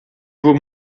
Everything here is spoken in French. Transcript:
beau